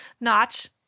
notch